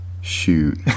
shoot